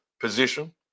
position